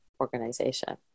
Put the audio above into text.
organization